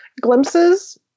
glimpses